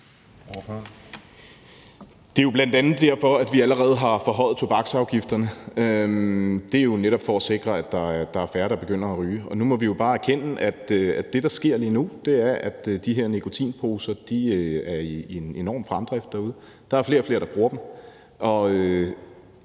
Det er jo bl.a. derfor, at vi allerede har forhøjet tobaksafgifterne. Det er jo netop for at sikre, at der er færre, der begynder at ryge. Nu må vi jo bare erkende, at det, der sker lige nu, er, at de her nikotinposer er i enorm fremdrift derude. Der er flere og flere, der bruger dem.